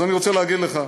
אז אני רוצה להגיד לך,